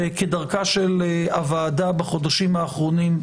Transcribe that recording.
שכדרכה של הוועדה בחודשים האחרונים,